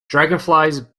dragonflies